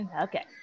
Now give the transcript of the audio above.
Okay